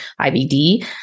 IBD